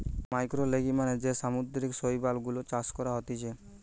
ম্যাক্রোলেগি মানে যে সামুদ্রিক শৈবাল গুলা চাষ করা হতিছে